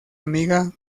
amiga